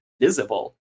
visible